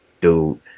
Dude